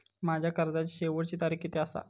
माझ्या कर्जाची शेवटची तारीख किती आसा?